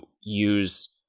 use